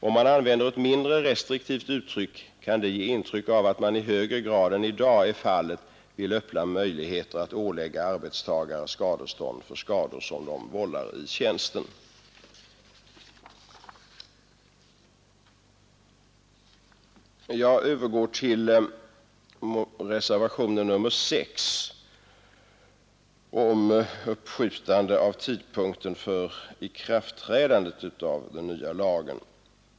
Om man använder ett mindre restriktivt uttryck kan det ge intryck av att man vill öppna större möjligheter än det finns i dag att ålägga arbetstagare skadeståndsansvar för skador som de vållar i tjänsten. Jag övergår till reservationen 6 om uppskjutande av tidpunkten för ikraftträdandet av den nya lagen.